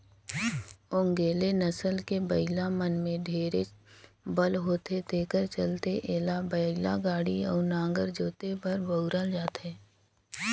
ओन्गेले नसल के बइला मन में ढेरे बल होथे तेखर चलते एला बइलागाड़ी अउ नांगर जोते बर बउरल जाथे